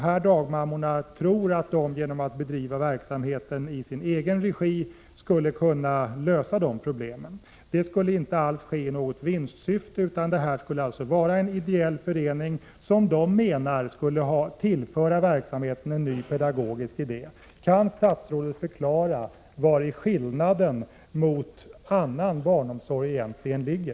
Dessa dagmammor tror att de kan lösa problemen genom att bedriva verksamheten i egen regi. Detta skulle inte alls ske i något vinstsyfte utan i form av en ideell förening som de menar skulle tillföra verksamheten en ny pedagogisk idé. Kan statsrådet förklara vari skillnaden gentemot annan barnomsorg i föreningsregi egentligen ligger?